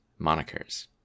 Monikers